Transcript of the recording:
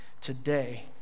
today